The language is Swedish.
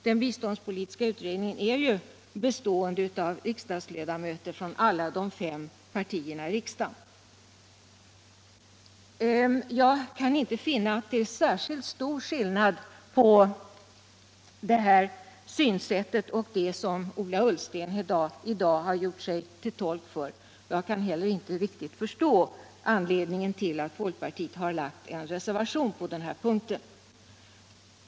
Den biståndspolitiska utredningen består ju av riksdagsledamöter från alla de fem partierna i riksdagen. Jag kan inte finna att det är särskilt stor skillnad på det tillvägagångssätt socialdemokraterna i utskowuet vill tillämpa och det som herr Ola Ullsten i dag gjort sig till tolk för. Jag kan heller inte förstå anledningen till att folkpartiet lagt en reservation i denna fråga.